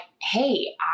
hey